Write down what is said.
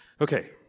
okay